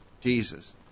Jesus